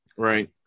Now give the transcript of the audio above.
Right